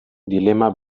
dilema